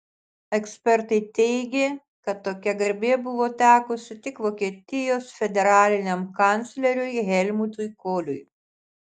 ekspertai teigė kad tokia garbė buvo tekusi tik vokietijos federaliniam kancleriui helmutui koliui